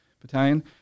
battalion